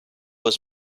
was